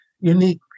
unique